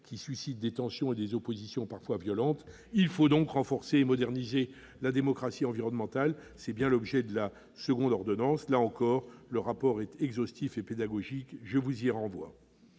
la source de tensions et d'oppositions parfois violentes. Il faut donc renforcer et moderniser la démocratie environnementale, c'est bien l'objet de la seconde ordonnance. Là encore, le rapport est exhaustif et pédagogique, je vous y renvoie,